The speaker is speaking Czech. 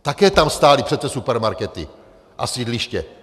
Také tam stály přece supermarkety a sídliště.